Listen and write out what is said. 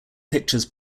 pictures